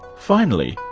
finally,